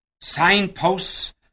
Signposts